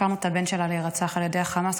הפקרנו את הבן שלה להירצח על ידי החמאס,